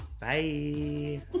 Bye